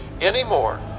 anymore